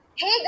Hey